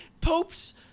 Popes